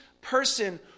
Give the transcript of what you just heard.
person